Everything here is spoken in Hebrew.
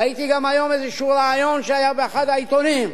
ראיתי גם היום איזה ריאיון שהיה באחד העיתונים,